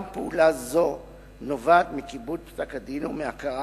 גם פעולה זו נובעת מכיבוד פסק-הדין ומהכרה